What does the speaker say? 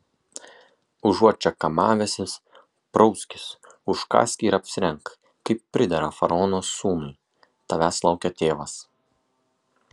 užuot čia kamavęsis prauskis užkąsk ir apsirenk kaip pridera faraono sūnui tavęs laukia tėvas